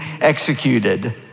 executed